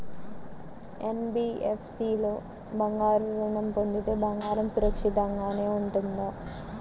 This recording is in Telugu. ఎన్.బీ.ఎఫ్.సి లో బంగారు ఋణం పొందితే బంగారం సురక్షితంగానే ఉంటుందా?